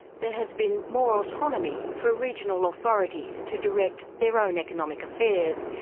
there has been more autonomy for regional authorities to direct their own economic affairs,